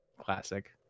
classic